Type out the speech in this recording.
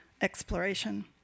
exploration